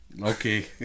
Okay